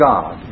God